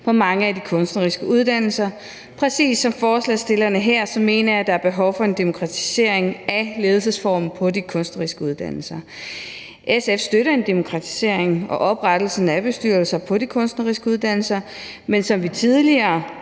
på mange af de kunstneriske uddannelser. Præcis som forslagsstillerne her mener jeg, at der er behov for en demokratisering af ledelsesformen på de kunstneriske uddannelser. SF støtter en demokratisering og oprettelsen af bestyrelser på de kunstneriske uddannelser, men som vi tidligere